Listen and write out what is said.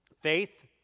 faith